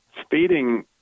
speeding